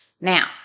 Now